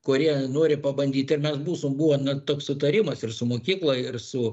kurie nori pabandyt ir mes mūsų buvo na toks sutarimas ir su mokykla ir su